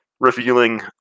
revealing